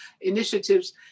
initiatives